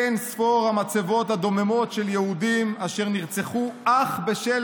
אין-ספור המצבות הדוממות של יהודים אשר נרצחו אך בשל